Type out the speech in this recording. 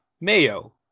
mayo